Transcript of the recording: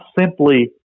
simply